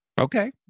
Okay